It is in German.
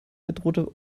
bedrohte